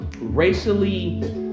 racially